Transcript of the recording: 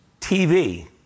TV